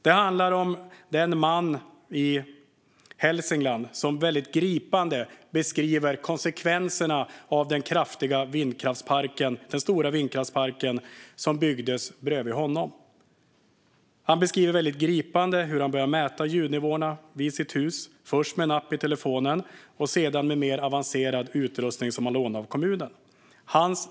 Det handlar om den man i Hälsingland som väldigt gripande beskriver konsekvenserna av den stora vindkraftsparken som byggts bredvid honom. Han beskriver hur han började mäta ljudnivåerna vid sitt hus, först med en app i telefonen och sedan med mer avancerad utrustning som han lånade av kommunen.